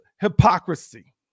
hypocrisy